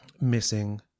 missing